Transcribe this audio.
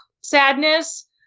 sadness